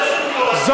לך יש גבול, מה לעשות.